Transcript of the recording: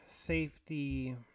safety